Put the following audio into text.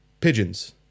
pigeons